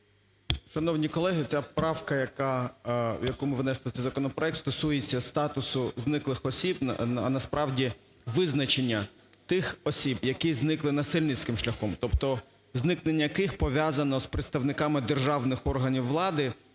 Шановні колеги, ця правка, яку ми внесли в цей законопроект, стосується статусу зниклих осіб, а насправді визначення тих осіб, які зникли насильницьким шляхом, тобто зникнення яких пов'язано з представниками державних органів влади.